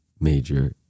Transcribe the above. major